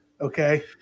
Okay